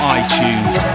iTunes